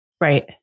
right